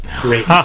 great